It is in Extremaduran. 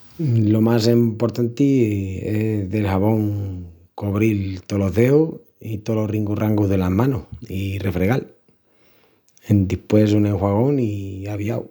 Lo más emportanti es d’el xabón cobril tolos deus i tolos ringurrangus delas manus i refregal. Endispués un enxuagón i aviau.